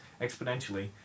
exponentially